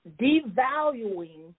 devaluing